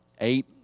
eight